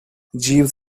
jeeves